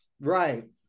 right